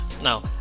Now